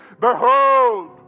Behold